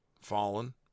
fallen